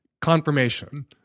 confirmation